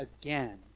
again